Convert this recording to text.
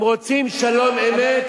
אם רוצים שלום אמת, זה האמת.